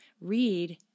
read